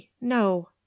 no